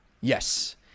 yes